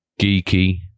geeky